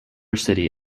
city